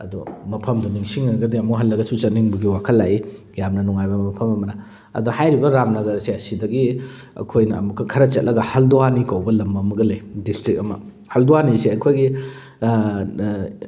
ꯑꯗꯣ ꯃꯐꯝꯗꯣ ꯅꯤꯡꯁꯤꯡꯉꯒꯗꯤ ꯑꯃꯨꯛ ꯍꯜꯂꯒꯁꯨ ꯆꯠꯅꯤꯡꯕꯒꯤ ꯋꯥꯈꯜ ꯂꯥꯛꯏ ꯌꯥꯝꯅ ꯅꯨꯡꯉꯥꯏꯕ ꯃꯐꯝ ꯑꯃꯅ ꯑꯗꯣ ꯍꯥꯏꯔꯤꯕ ꯔꯥꯝꯅꯒꯔ ꯑꯁꯦ ꯁꯤꯗꯒꯤ ꯑꯩꯈꯣꯏꯅ ꯑꯃꯨꯛꯀ ꯈꯔ ꯆꯠꯂꯒ ꯍꯜꯗ꯭ꯋꯥꯅꯤ ꯀꯧꯕ ꯂꯝ ꯑꯃꯒ ꯂꯩ ꯗꯤꯁꯇ꯭ꯔꯤꯛ ꯑꯃ ꯍꯜꯗ꯭ꯋꯥꯅꯤꯁꯦ ꯑꯩꯈꯣꯏꯒꯤ